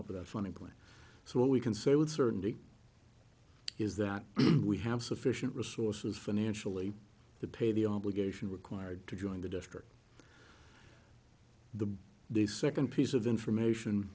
plan so what we can say with certainty is that we have sufficient resources financially to pay the obligation required to join the district the the second piece of information